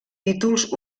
títols